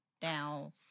down